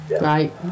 Right